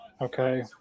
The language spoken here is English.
Okay